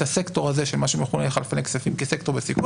הסקטור הזה של חלפני כספים כסקטור בסיכון,